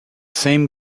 same